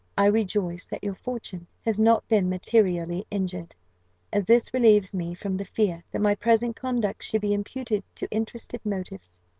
i rejoice that your fortune has not been materially injured as this relieves me from the fear that my present conduct should be imputed to interested motives.